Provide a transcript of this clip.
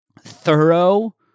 thorough